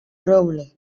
roble